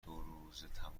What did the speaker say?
دوروزتمام